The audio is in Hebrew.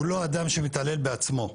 הוא לא אדם שמתעלל בעצמו.